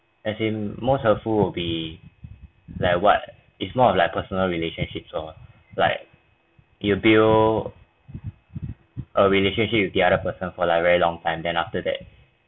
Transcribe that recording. as in most helpful will be like what is more of like personal relationships or like you build a relationship with the other person for like very long time then after that